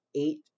eight